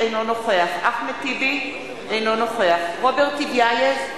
אינו נוכח אחמד טיבי, אינו נוכח רוברט טיבייב,